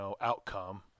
outcome